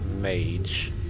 mage